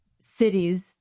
cities